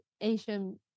Asian